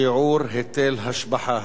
שיעור היטל השבחה),